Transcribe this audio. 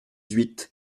huit